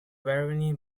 barony